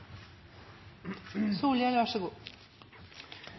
men så